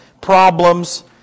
problems